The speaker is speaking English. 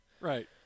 Right